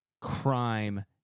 crime